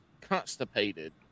constipated